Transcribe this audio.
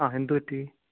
ആ എന്തുപറ്റി